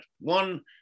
one